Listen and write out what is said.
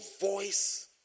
voice